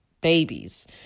babies